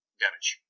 damage